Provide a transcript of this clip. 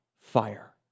fire